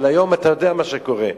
אבל אתה יודע מה קורה היום.